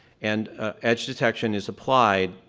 and ah edge detection is applied,